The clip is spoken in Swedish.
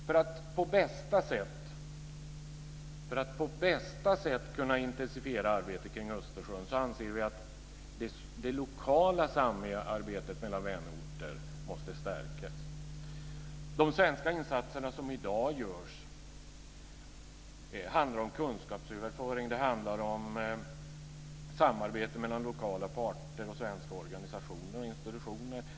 För att på bästa sätt kunna intensifiera arbetet kring Östersjön anser vi att det lokala samarbetet mellan vänorter måste stärkas. De svenska insatser som görs i dag handlar om kunskapsöverföring och samarbete mellan lokala parter och svenska organisationer och institutioner.